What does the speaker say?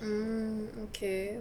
mm okay